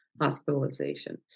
hospitalization